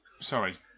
Sorry